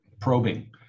probing